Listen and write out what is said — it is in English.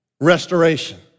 restoration